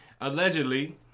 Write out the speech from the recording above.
allegedly